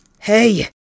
Hey